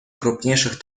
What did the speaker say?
крупнейших